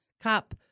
cop